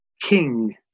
king